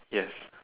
yes